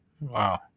Wow